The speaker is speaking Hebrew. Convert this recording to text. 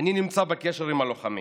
אני נמצא בקשר עם הלוחמים.